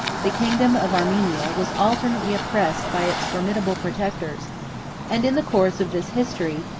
the kingdom of armenia was alternately oppressed by its formidable protectors and in the course of this history,